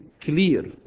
clear